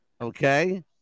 Okay